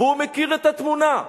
והוא מכיר את התמונה.